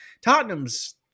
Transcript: Tottenham's